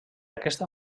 aquesta